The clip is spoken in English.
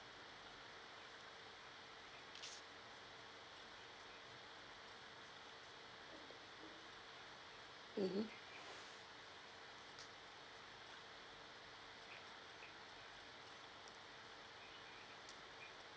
mmhmm